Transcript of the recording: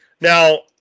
now